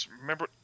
remember